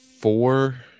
four